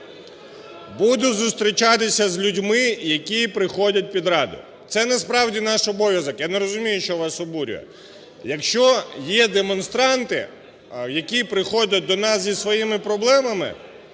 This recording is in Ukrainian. будуть зустрічатися з людьми, які приходять під Раду. Це насправді наш обов'язок, я не розумію, що вас обурює. Якщо є демонстранти, які приходять до нас зі своїми проблемами,